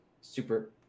super